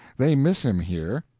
they miss him here.